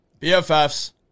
BFFs